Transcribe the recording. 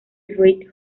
reid